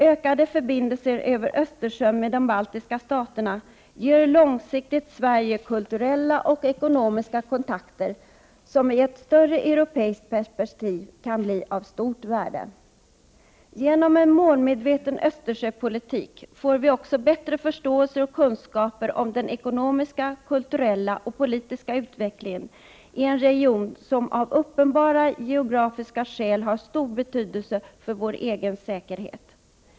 Ökade förbindelser över Östersjön med de baltiska staterna ger långsiktigt Sverige kulturella och ekonomiska kontakter som i ett större europeiskt perspektiv kan bli av stort värde. Genom en målmedveten Östersjöpolitik får vi också bättre förståelse och kunskaper om den ekonomiska, kulturella och politiska utvecklingen i en region som av uppenbara geografiska skäl har stor betydelse för vår egen säkerhet.